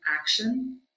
action